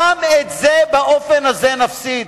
גם את זה באופן הזה נפסיד,